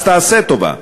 אז תעשה טובה,